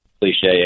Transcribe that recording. cliche